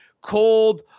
Cold